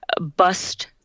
bust